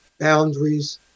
boundaries